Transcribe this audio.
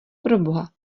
proboha